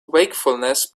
wakefulness